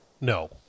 No